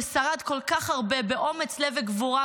ששרד כל כך הרבה באומץ לב ובגבורה,